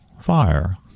fire